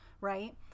right